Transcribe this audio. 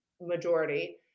majority